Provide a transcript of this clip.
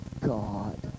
God